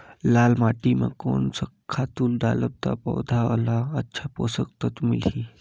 लाल माटी मां कोन सा खातु डालब ता पौध ला अच्छा पोषक तत्व मिलही?